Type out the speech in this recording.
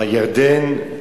ירדן,